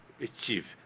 achieve